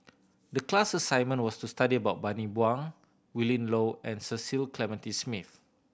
the class assignment was to study about Bani Buang Willin Low and Cecil Clementi Smith